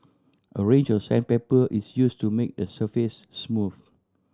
a range of sandpaper is used to make the surface smooth